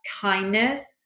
kindness